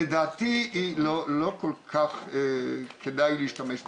לדעתי לא כל כך כדאי להשתמש בה.